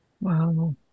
Wow